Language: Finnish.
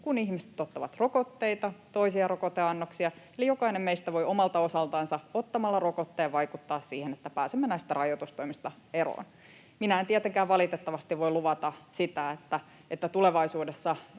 kun ihmiset ottavat rokotteita, toisia rokoteannoksia — eli jokainen meistä voi omalta osaltansa ottamalla rokotteen vaikuttaa siihen, että pääsemme näistä rajoitustoimista eroon. Minä en tietenkään valitettavasti voi luvata sitä, että tulevaisuudessa